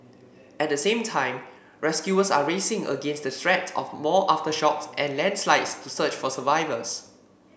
at the same time rescuers are racing against the threat of more aftershocks and landslides to search for survivors